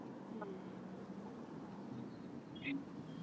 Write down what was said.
ꯑꯪ